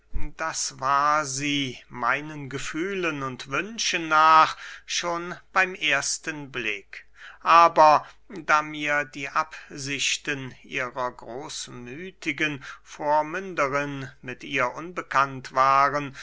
das war sie meinen gefühlen und wünschen nach schon beym ersten blick aber da mir die absichten ihrer großmüthigen vormünderin mit ihr unbekannt waren